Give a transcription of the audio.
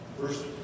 First